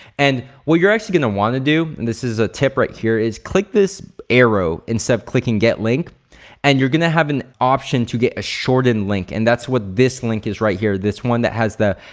and what you're actually gonna wanna do and this is a tip right here is click this arrow instead of clicking get link and you're gonna have an option to get a shortened link and that's what this link is right here. this one that has the,